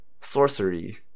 sorcery